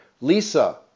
Lisa